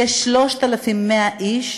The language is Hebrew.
כ־3,100 איש